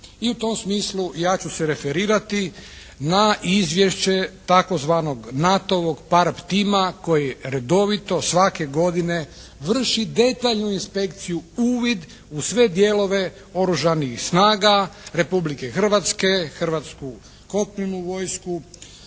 i u tom smislu ja ću se referirati na izvješće tzv. NATO-ovog PARP tima koji redovito svake godine vrši detaljnu inspekciju, uvid u sve dijelove Oružanih snaga Republike Hrvatske, hrvatsku kopnenu vojsku,